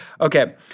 Okay